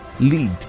lead